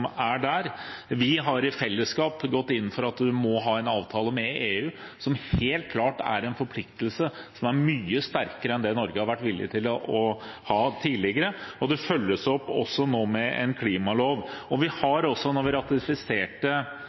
er der. Vi har i fellesskap gått inn for at vi må ha en avtale med EU, som helt klart er en forpliktelse som er mye sterkere enn det Norge har vært villig til å ha tidligere. Det følges også opp nå med en klimalov. Da vi ratifiserte